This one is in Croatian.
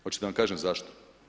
Hoćete da vam kažem zašto?